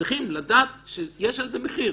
צריכים לדעת שיש לזה מחיר.